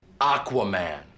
Aquaman